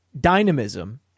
dynamism